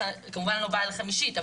כמובן אני לא באה אליכם אישית,